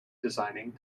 designing